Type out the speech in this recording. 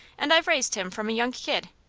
and i've raised him from a young kid.